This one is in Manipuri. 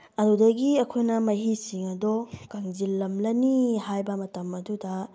ꯑꯗꯨꯗꯒꯤ ꯑꯩꯈꯣꯏꯅ ꯃꯍꯤꯁꯤꯡ ꯑꯗꯣ ꯀꯪꯁꯤꯜꯂꯝꯂꯅꯤ ꯍꯥꯏꯕ ꯃꯇꯝ ꯑꯗꯨꯗ